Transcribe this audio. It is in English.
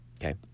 Okay